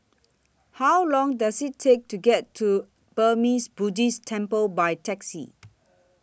How Long Does IT Take to get to Burmese Buddhist Temple By Taxi